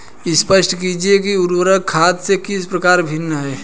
स्पष्ट कीजिए कि उर्वरक खाद से किस प्रकार भिन्न है?